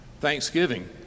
Thanksgiving